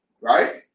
right